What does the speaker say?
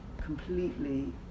completely